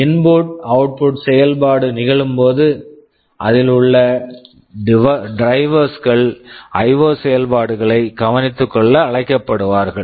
input input output output செயல்பாடு நிகழும் போது அதில் உள்ள டிரைவர்ஸ் drivers கள் ஐஓ IO செயல்பாடுகளை கவனித்துக்கொள்ள அழைக்கப்படுவார்கள்